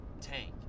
tank